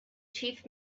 chief